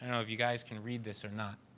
know if you guys can read this or not.